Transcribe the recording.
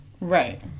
Right